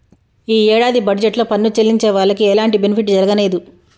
యీ యేడాది బడ్జెట్ లో పన్ను చెల్లించే వాళ్లకి ఎలాంటి బెనిఫిట్ జరగనేదు